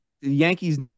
Yankees